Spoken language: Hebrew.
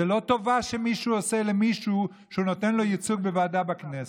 זה לא טובה שמישהו עושה למישהו כשהוא נותן לו ייצוג בוועדה בכנסת.